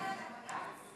צריך ללכת לבג"ץ.